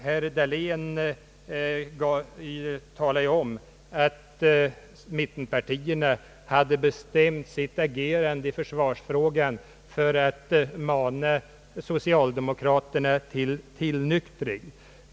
Herr Dahlén sade att mittenpartierna hade bestämt sitt agerande i försvarsfrågan för att mana socialdemokraterna att tillnyktra.